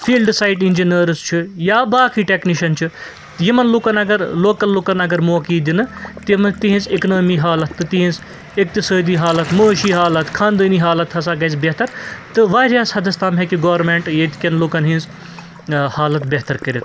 فیٖلڈٕ site engineers چھِ یا باقٕے ٹیٚکنِشَن چھِ یمن لوٗکَن اگر لوکل لوٗکَن اگر موقعہٕ یی دنہٕ تہنٛز اکنامی حالت تہٕ تِہنٛز اقتِصٲدی حالت معٲشی حالت خاندٲنی حالت ہَسا گَژھہِ بہتر تہٕ واریاہَس حدَس تام ہَسا ہیٚکہِ گورمیٚنٛٹ ییٚتکیٚن لوٗکَن ہنٛز ٲں حالت بہتر کٔرِتھ